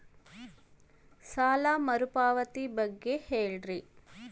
ಸಾಲ ಮರುಪಾವತಿ ಬಗ್ಗೆ ಹೇಳ್ರಿ?